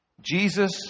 Jesus